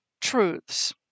truths